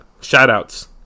shout-outs